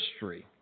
history